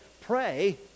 pray